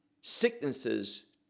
sicknesses